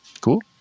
cool